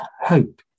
hope